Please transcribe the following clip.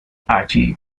allí